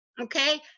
okay